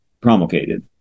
promulgated